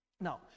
Now